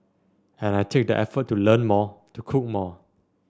and I take the effort to learn more to cook more